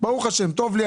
ברוך השם טוב לי,